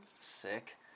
Sick